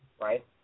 right